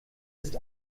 ist